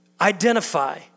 Identify